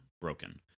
broken